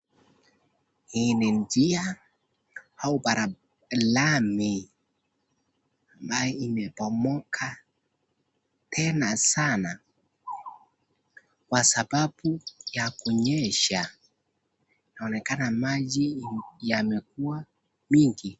Hii ni njia au bara lami ambayo imebomoka tena sana kwa sababu ya kunyesha. Inaonekana maji yamekuwa mingi.